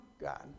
God